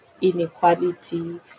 inequality